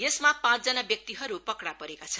यसमा पाँचजना व्यक्तिहरू पनि पक्रा परेका छन्